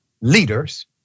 leaders